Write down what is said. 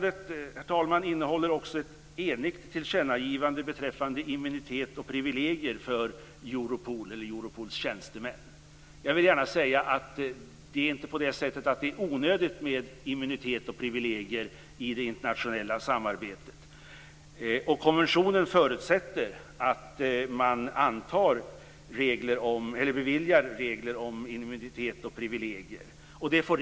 Detta betänkande innehåller också ett enigt tillkännagivande beträffande immunitet och privilegier för Europol, eller Europols tjänstemän. Det är inte onödigt med immunitet och privilegier i det internationella samarbetet. Konventionen förutsätter att regler om immunitet och privilegier beviljas.